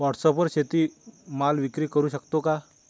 व्हॉटसॲपवर शेती माल विक्री करु शकतो का?